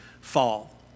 fall